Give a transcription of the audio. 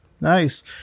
Nice